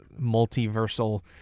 multiversal